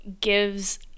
gives